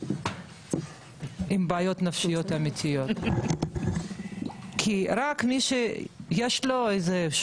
עם בעיות נפשיות אמיתיות כי רק מי שיש לו חרדות,